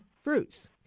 fruits